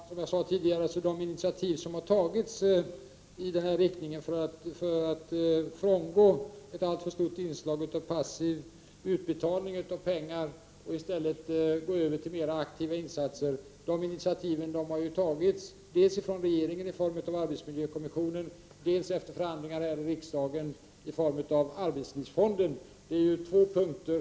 Herr talman! Som jag sade tidigare har de initiativ som tagits i syfte att frångå ett alltför stort inslag av passiv utbetalning av pengar och i stället övergå till mer aktiva insatser ju tagits av regeringen dels i form av tillsättandet av arbetsmiljökommissionen, dels efter förhandlingar här i riksdagen i form av inrättandet av arbetslivsfonden.